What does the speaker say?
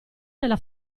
nella